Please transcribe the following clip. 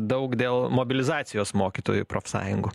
daug dėl mobilizacijos mokytojų profsąjungų